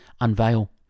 unveil